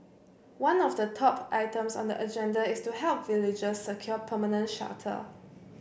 one of the top items on the agenda is to help villagers secure permanent shelter